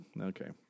Okay